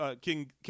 King